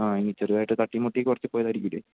ആ ഇനി ചെറുതായിട്ട് തട്ടിം മുട്ടിയൊക്കെ ഒരസി പോയതായിരിക്കുമല്ലേ